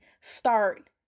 start